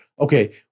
okay